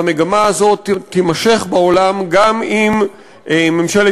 והמגמה הזאת תימשך בעולם גם אם ממשלת